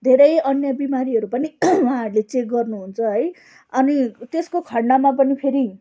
धेरै अन्य बिमारीहरू पनि उहाँहरूले चेक गर्नुहुन्छ है अनि त्यसको खण्डमा पनि फेरि